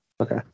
Okay